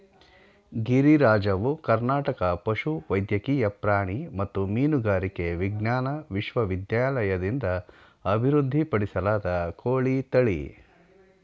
ಗಿರಿರಾಜವು ಕರ್ನಾಟಕ ಪಶುವೈದ್ಯಕೀಯ ಪ್ರಾಣಿ ಮತ್ತು ಮೀನುಗಾರಿಕೆ ವಿಜ್ಞಾನ ವಿಶ್ವವಿದ್ಯಾಲಯದಿಂದ ಅಭಿವೃದ್ಧಿಪಡಿಸಲಾದ ಕೋಳಿ ತಳಿ